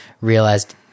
realized